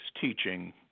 teaching